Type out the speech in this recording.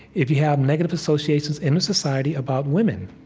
if you have negative associations in a society about women,